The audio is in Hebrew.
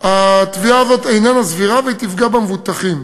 התביעה הזאת איננה סבירה והיא תפגע במבוטחים,